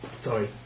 Sorry